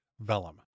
Vellum